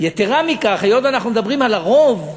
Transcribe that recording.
יתרה מכך, היות שאנחנו מדברים על הרוב,